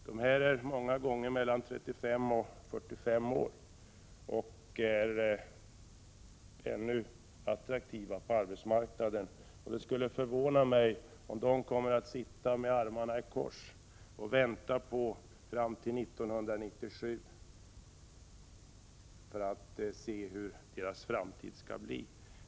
Dessa tekniker är ofta mellan 35—45 år och ännu attraktiva på arbetsmarknaden. Det skulle förvåna mig om de kommer att sitta med armarna i kors fram till 1997 och vänta för att se hur deras framtid skall bli.